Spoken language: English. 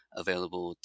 available